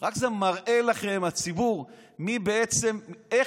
זה רק מראה לכם,